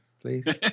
please